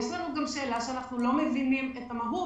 יש לנו גם שאלה שאנחנו לא מבינים את המהות.